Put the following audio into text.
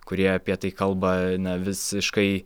kurie apie tai kalba na visiškai